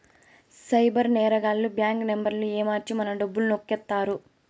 cyber నేరగాళ్లు bank నెంబర్లను ఏమర్చి మన డబ్బులు నొక్కేత్తారు